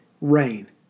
rain